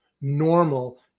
normal